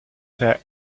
there